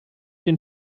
den